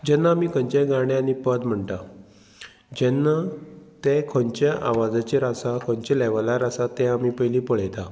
जेन्ना आमी खंयच्याय गाणें आनी पद म्हणटा जेन्ना ते खंयच्या आवाजाचेर आसा खंयच्या लेवलार आसा ते आमी पयली पळयता